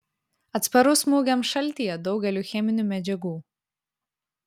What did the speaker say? atsparus smūgiams šaltyje daugeliui cheminių medžiagų